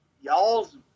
y'all's